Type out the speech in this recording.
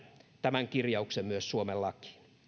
tämän kirjauksen myös suomen lakiin